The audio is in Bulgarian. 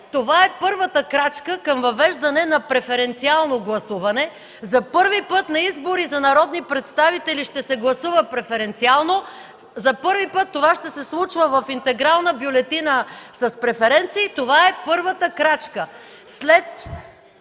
това е първата крачка към въвеждане на преференциално гласуване. За първи път на избори за народни представители ще се гласува преференциално. За първи път това ще се случва в интегрална бюлетина с преференции. Това е първата крачка.